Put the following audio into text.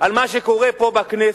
על מה שקורה פה בכנסת,